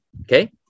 Okay